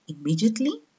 immediately